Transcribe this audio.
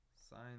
Sign